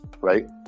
right